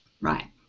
Right